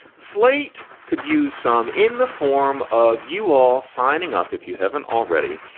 slate could use some in the form of you all signing up if you haven't already.